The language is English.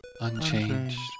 unchanged